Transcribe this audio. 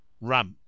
Ramp